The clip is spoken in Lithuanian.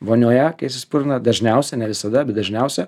vonioje akys išsipurvina dažniausiai ne visada bet dažniausia